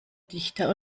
dichter